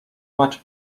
much